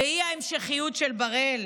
והיא ההמשכיות של בראל.